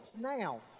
Now